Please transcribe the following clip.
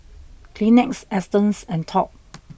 Kleenex Astons and Top